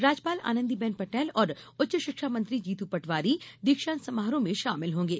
राज्यपाल आनंदी बेन पटेल और उच्च शिक्षा मंत्री जीतू पटवारी दीक्षांत समारोह में शामिल होंगे